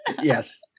Yes